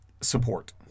support